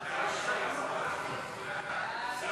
ההצעה